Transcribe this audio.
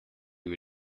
who